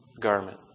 garment